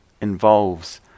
involves